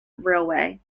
railway